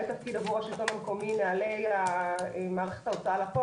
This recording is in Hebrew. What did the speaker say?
תפקיד עבור השלטון המקומי נהלי מערכת ההוצאה לפועל.